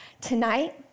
Tonight